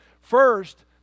First